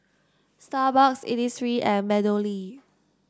Starbucks Innisfree and MeadowLea